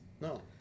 No